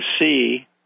see